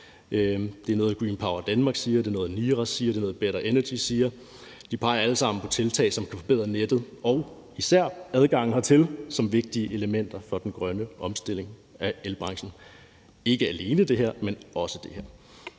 Det er noget, Green Power Denmark siger, det er noget, Niras siger, og det er noget, Better Energy siger, og de peger alle sammen på tiltag, som kan forbedre nettet og især adgangen hertil som nogle af de vigtige elementer for den grønne omstilling af elbranchen. Så hvis grønne energikilder